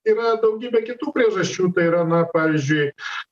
yra daugybė kitų priežasčių tai yra na pavyzdžiui